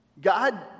God